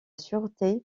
sûreté